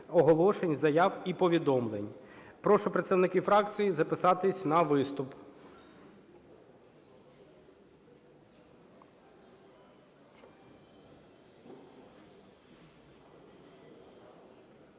оголошень, заяв і повідомлень. Прошу представників фракцій записатися на виступ.